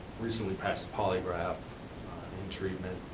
recently passed a polygraph in treatment.